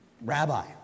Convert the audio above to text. Rabbi